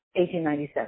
1897